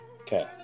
okay